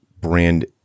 brand